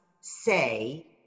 say